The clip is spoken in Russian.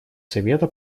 совета